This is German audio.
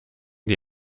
die